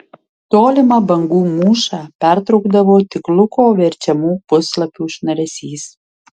tolimą bangų mūšą pertraukdavo tik luko verčiamų puslapių šnaresys